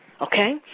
okay